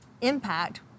impact